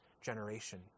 generation